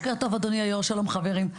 בוקר טוב אדוני היו"ר שלום חברים,